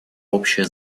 общая